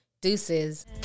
Deuces